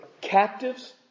captives